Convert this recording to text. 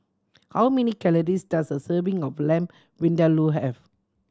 how many calories does a serving of Lamb Vindaloo have